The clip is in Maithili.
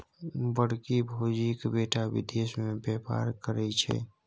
बड़की भौजीक बेटा विदेश मे बेपार करय छै